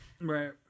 Right